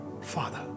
Father